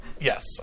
yes